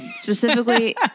specifically